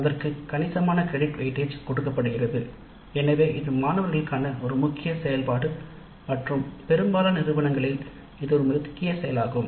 அதற்கு கணிசமான credit weightage கொடுக்கப்படுகிறது எனவே இது ஒரு மாணவர்களுக்கான முக்கிய செயல்பாடு மற்றும் பெரும்பாலான நிறுவனங்களில் இது ஒரு முக்கிய செயலாகும்